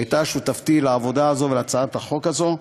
שהייתה שותפתי לעבודה הזאת ולהצעת החוק הזאת,